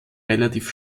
relativ